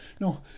No